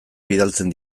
bidaltzen